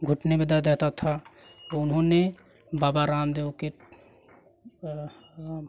घुटने में दर्द रहता था तो उन्होंने बाबा रामदेव के